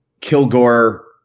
Kilgore